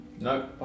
No